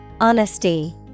Honesty